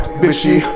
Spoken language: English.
bitchy